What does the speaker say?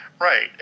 Right